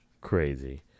crazy